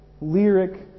lyric